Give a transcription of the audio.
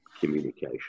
communication